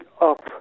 up